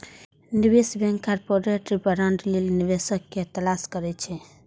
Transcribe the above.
निवेश bank corporate bond लेल निवेशक के तलाश करै छै